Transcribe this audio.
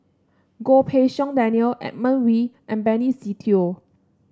Goh Pei Siong Daniel Edmund Wee and Benny Se Teo